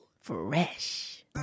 Fresh